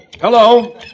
Hello